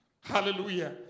Hallelujah